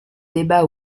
débat